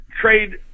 trade